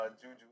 Juju